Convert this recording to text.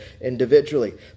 individually